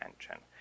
attention